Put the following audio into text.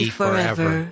forever